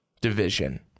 Division